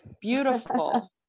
beautiful